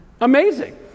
amazing